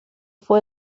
fue